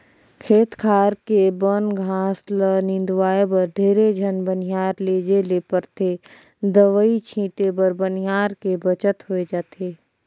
खेत खार के बन घास ल निंदवाय बर ढेरे झन बनिहार लेजे ले परथे दवई छीटे बर बनिहार के बचत होय जाथे